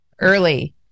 early